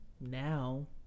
now